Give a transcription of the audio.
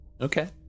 Okay